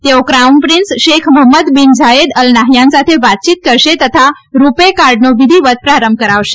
તેઓ crown prince Sheikh Mohamed bin Zayed Al Nahyan સાથે વાતચીત કરશે તથા રૂપે કાર્ડનો વિધિવત પ્રારંભ કરાવશે